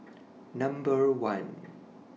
Number one